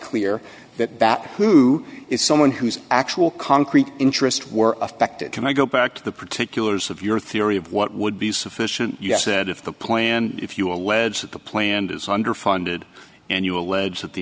clear that that who is someone whose actual concrete interest were affected can i go back to the particulars of your theory of what would be sufficient yes said if the plan if you allege that the plant is under funded and you allege that the